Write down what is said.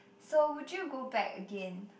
so would you go back again